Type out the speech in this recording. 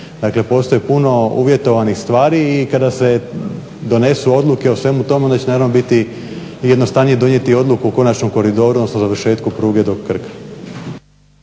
Dakle postoji puno uvjetovanih stvari te kada se donesu odluke o svemu tome, onda će naravno biti jednostavnije donijeti odluku o konačnom koridoru, odnosno završetku pruge do Krka.